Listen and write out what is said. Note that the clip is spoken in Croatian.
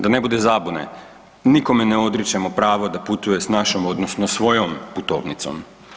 Da ne bude zabune, nikome ne odričemo pravo da putuje s našom odnosno svojom putovnicom.